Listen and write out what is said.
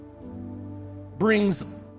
brings